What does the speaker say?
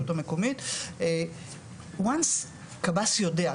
ברגע שקב"ס יודע,